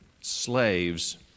slaves